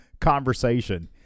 conversation